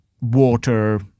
water